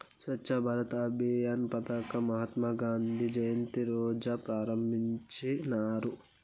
స్వచ్ఛ భారత్ అభియాన్ పదకం మహాత్మా గాంధీ జయంతి రోజా ప్రారంభించినారు